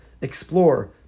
explore